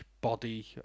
body